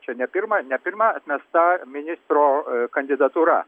čia ne pirma ne pirma atmesta ministro kandidatūra